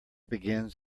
begins